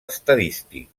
estadístic